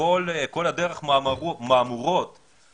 והמהמורות שבדרך,